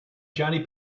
johnny